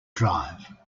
drive